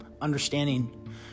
understanding